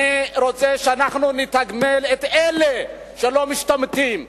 אני רוצה שאנחנו נתגמל את אלה שלא משתמטים,